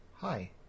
Hi